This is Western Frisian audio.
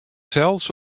sels